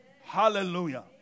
Hallelujah